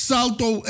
Salto